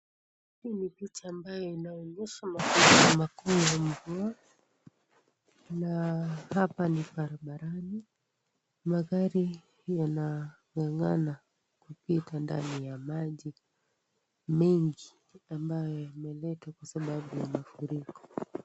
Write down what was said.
Hii ni picha ambayo inaonyesha mafuriko makuu ya mvua na hapa ni barabarani, magari yanang'ang'ana kupita ndani ya maji mengi ambayo yameletwa kwa sababu ya mafuriko.